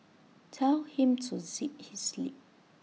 tell him to zip his lip